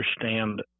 understand